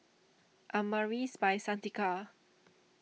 Amaris By Santika